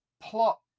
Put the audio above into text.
plot